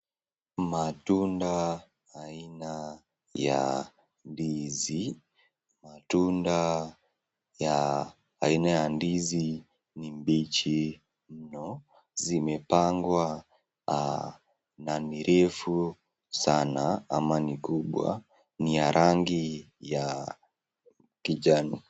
Matunda aina ya ndizi, ni mbichi mno zimepangwa na ni refu sana ama ni kubwa ni ya rangi ya kijani.